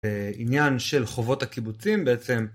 בעניין של חובות הקיבוצים בעצם.